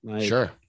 Sure